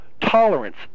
tolerance